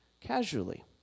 casually